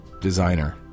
designer